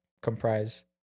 Comprise